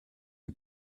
who